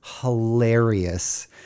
hilarious